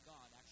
God—